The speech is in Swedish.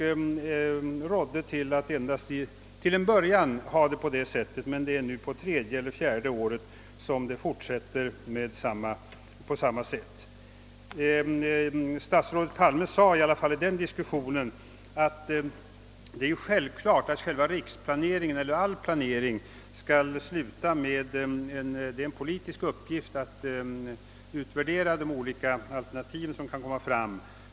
Jag rådde statsrådet Palme att endast till en början låta det vara ordnat på det sättet, men det fortsätter nu likadant på tredje eller fjärde året. Statsrådet framhöll i vår diskussion att det självklart är en politisk uppgift att utvärdera de olika alternativ som kan komma fram.